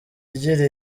igira